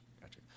Gotcha